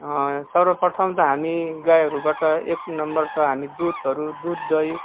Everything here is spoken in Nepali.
सर्वप्रथम त हामी गाईहरूबाट एक नम्बर त हामी दुघहरू दुध दही